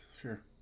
Sure